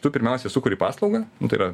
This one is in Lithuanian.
tu pirmiausia sukuri paslaugą nu tai yra